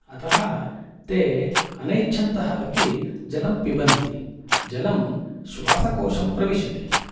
अतः ते अनैच्छन्तः अपि जलं पिबन्ति जलं श्वासकोषं प्रविशति